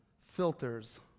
filters